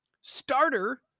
Starter